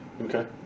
Okay